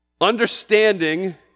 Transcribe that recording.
Understanding